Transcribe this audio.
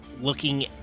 looking